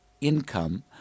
income